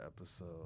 episode